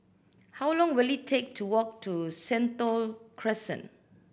how long will it take to walk to Sentul Crescent